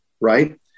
right